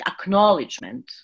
acknowledgement